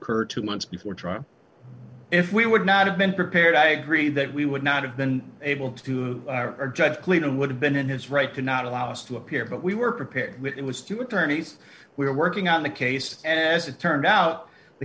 occur two months before trial if we would not have been prepared i agree that we would not have been able to or judge clinton would have been in his right cannot allow us to appear but we were prepared it was two attorneys we were working on the case as it turned out the